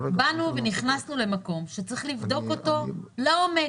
באנו ונכנסנו למקום שצריך לבדוק אותו לעומק.